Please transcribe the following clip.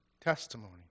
testimony